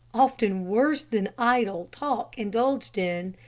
often worse than idle, talk indulged in.